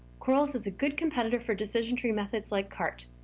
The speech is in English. corels is a good competitor for decision tree methods like cart.